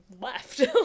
left